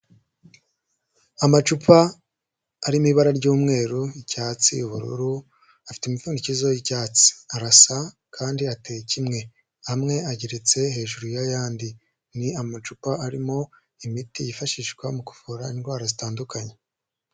Amacupa arimo ibara ry'umweru, icyatsi, ubururu, afite imipfundikizo y'icyatsi arasa kandi ateye kimwe, amwe ageretse hejuru y'ayandi, ni amacupa arimo imiti yifashishwa mu kuvura indwara zitandukanye.